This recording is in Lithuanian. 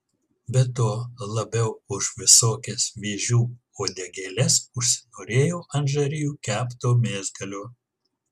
be to labiau už visokias vėžių uodegėles užsinorėjau ant žarijų kepto mėsgalio